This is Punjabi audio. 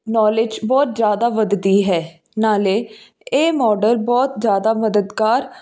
ਨੌਲੇਜ ਬਹੁਤ ਜ਼ਿਆਦਾ ਵਧਦੀ ਹੈ ਨਾਲੇ ਇਹ ਮੋਡਲ ਬਹੁਤ ਜ਼ਿਆਦਾ ਮਦਦਗਾਰ